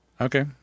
Okay